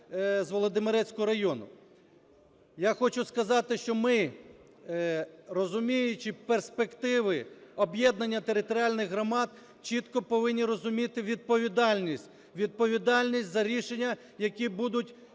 Я хочу сказати, що ми, розуміючи перспективи об'єднання територіальних громад, чітко повинні розуміти відповідальність. Відповідальність